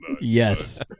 Yes